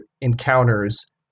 encounters